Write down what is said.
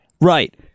right